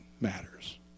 matters